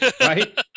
right